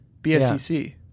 BSEC